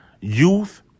youth